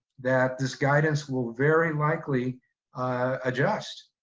that this guidance will very likely adjust.